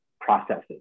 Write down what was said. processes